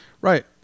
Right